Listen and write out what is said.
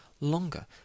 longer